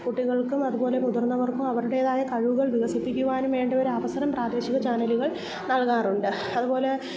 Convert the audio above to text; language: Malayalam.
കുട്ടികൾക്കും അതുപോലെ മുതിർന്നവർക്കും അവരുടെതായ കഴിവുകൾ വികസിപ്പിക്കുവാനും വേണ്ട ഒരു അവസരം പ്രാദേശിക ചാനലുകൾ നൽകാറുണ്ട് അതുപോലെ